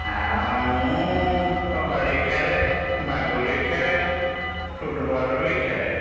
ଆଉ ମୁଁ କବାଡ଼ି ଖେଳେ ବାଗୁଡ଼ି ଖେଳେ ଫୁଟବଲ ବି ଖେଳେ